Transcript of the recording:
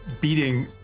beating